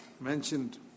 mentioned